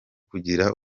kugira